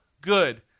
good